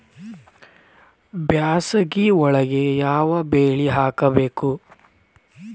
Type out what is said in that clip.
ಬ್ಯಾಸಗಿ ಒಳಗ ಯಾವ ಬೆಳಿ ಹಾಕಬೇಕು?